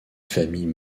famille